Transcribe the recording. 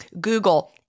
Google